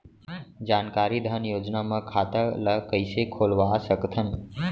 जानकारी धन योजना म खाता ल कइसे खोलवा सकथन?